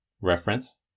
reference